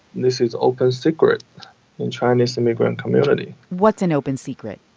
this is open secret in chinese immigrant community what's an open secret?